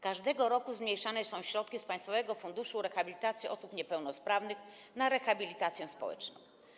Każdego roku zmniejszane są środki z Państwowego Funduszu Rehabilitacji Osób Niepełnosprawnych na rehabilitację społeczną.